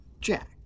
Jack